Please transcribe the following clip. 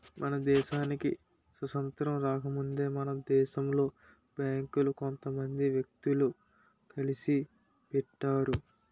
మన దేశానికి స్వాతంత్రం రాకముందే మన దేశంలో బేంకులు కొంత మంది వ్యక్తులు కలిసి పెట్టారు